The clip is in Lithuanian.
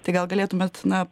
tai gal galėtumėt na